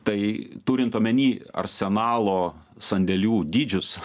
tai turint omeny arsenalo sandėlių dydžius